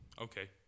okay